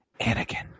Anakin